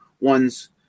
ones